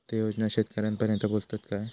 ते योजना शेतकऱ्यानपर्यंत पोचतत काय?